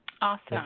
awesome